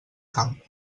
camp